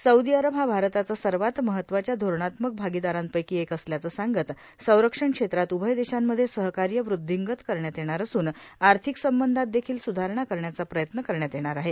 Saudi Arab हा भारताचा सर्वात महत्वाच्या धोरणात्मक भागीदारांपैकी एक असल्याचं सांगत संरक्षण क्षेत्रात उभय देशांमध्ये सहकार्य वृद्विंगत करण्यात येणार असून आर्थिक संबंधात देखिल सुधारणा करण्याचा प्रयत्न करण्यात येणार आहे